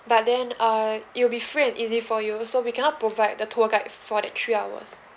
but then err it'll be free and easy for you so we cannot provide the tour guide for that three hours